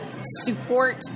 support